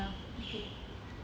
ya okay